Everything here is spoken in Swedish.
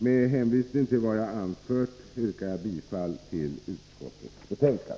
Med hänvisning till vad jag anfört yrkar jag bifall till utskottets hemställan.